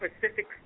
Pacific